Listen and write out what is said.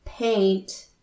paint